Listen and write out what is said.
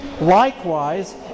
Likewise